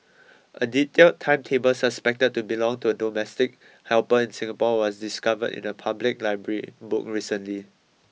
a detailed timetable suspected to belong to a domestic helper in Singapore was discovered in a public library book recently